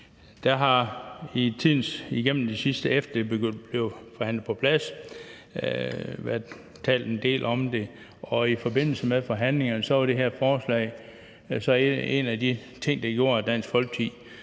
ud at bruge. I tiden efter, at det blev forhandlet på plads, har der været talt en del om det, og i forbindelse med forhandlingerne var det her forslag en af de ting, der gjorde, at Dansk Folkeparti